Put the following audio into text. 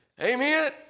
Amen